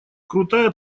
крутая